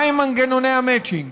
מהם מנגנוני המצ'ינג?